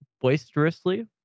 Boisterously